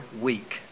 week